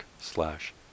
slash